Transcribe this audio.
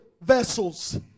vessels